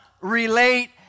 relate